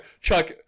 Chuck